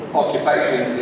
occupation